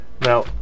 Now